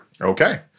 Okay